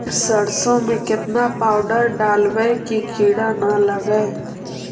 सरसों में केतना पाउडर डालबइ कि किड़ा न लगे?